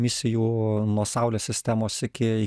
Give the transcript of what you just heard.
misijų nuo saulės sistemos iki